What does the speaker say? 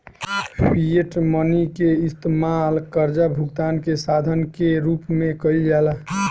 fiat money के इस्तमाल कर्जा भुगतान के साधन के रूप में कईल जाला